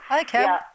Okay